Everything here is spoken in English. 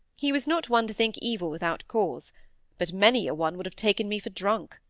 he was not one to think evil without cause but many a one would have taken me for drunk.